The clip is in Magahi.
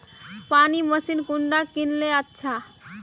पानी मशीन कुंडा किनले अच्छा?